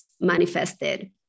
Manifested